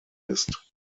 ist